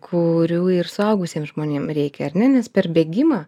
kurių ir suaugusiem žmonėm reikia ar ne nes per bėgimą